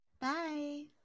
Bye